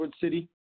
City